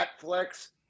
netflix